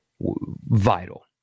vital